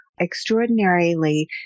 extraordinarily